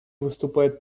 выступает